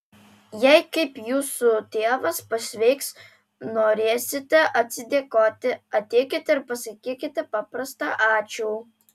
jei kaip jūsų tėvas pasveiks norėsite atsidėkoti ateikite ir pasakykite paprastą ačiū